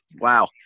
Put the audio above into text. Wow